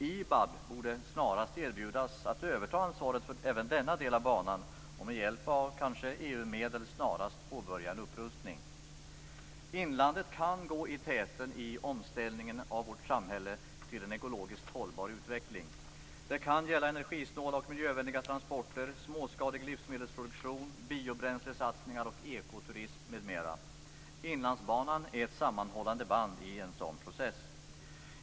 IBAB borde snarast erbjudas att överta ansvaret för även denna del av banan och med hjälp av kanske EU-medel snarast påbörja en upprustning. Inlandet kan gå i täten i omställningen av vårt samhälle till en ekologiskt hållbar utveckling. Det kan gälla energisnåla och miljövänliga transporter, småskalig livsmedelsproduktion, biobränslesatsningar och ekoturism m.m. Inlandsbanan är ett sammanhållande band i en sådan process.